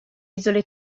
isole